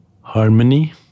harmony